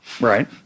Right